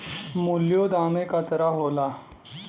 मूल्यों दामे क तरह होला